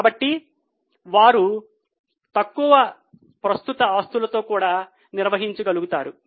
కాబట్టి వారు తక్కువ ప్రస్తుత ఆస్తులతో కూడా నిర్వహించగలుగుతారు